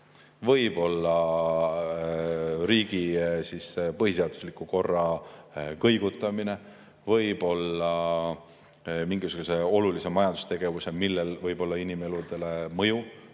võib olla riigi põhiseadusliku korra kõigutamine, võib olla mingisuguse olulise majandustegevuse, millel võib olla mõju inimeludele,